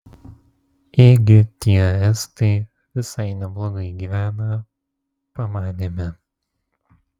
ėgi tie estai visai neblogai gyvena pamanėme